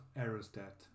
aerostat